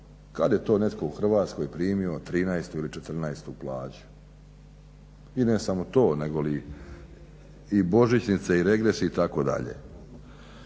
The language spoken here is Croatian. Kada je to netko u Hrvatskoj primio 13.-tu ili 14.-tu plaću? I ne samo to nego li i božićnice i regres itd..